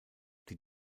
die